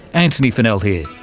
antony funnell here,